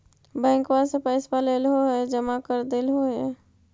बैंकवा से पैसवा लेलहो है जमा कर देलहो हे?